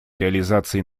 реализации